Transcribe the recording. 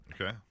Okay